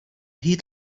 heat